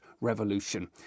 revolution